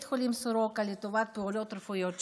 חולים סורוקה לטובת פעולות רפואיות שונות.